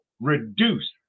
reduce